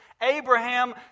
Abraham